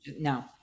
No